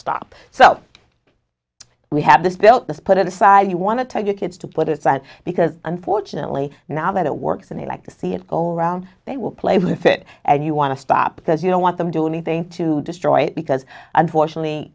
stop so we have the skill to put it aside you want to tell your kids to put aside because unfortunately now that it works and they like to see an old round they will play with it and you want to stop because you don't want them do anything to destroy because unfortunately